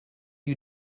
you